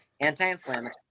anti-inflammatory